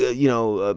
ah you know, ah